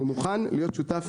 אני מוכן להיות שותף,